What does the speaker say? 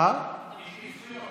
יש לי זכויות.